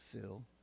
fill